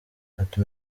ati